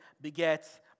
begets